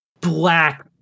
black